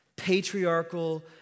patriarchal